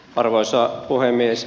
arvoisa puhemies